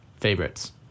Favorites